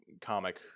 comic